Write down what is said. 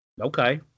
Okay